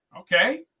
Okay